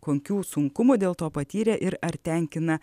kokių sunkumų dėl to patyrė ir ar tenkina